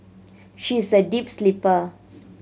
she is a deep sleeper